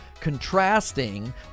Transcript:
contrasting